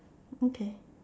okay